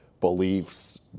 beliefs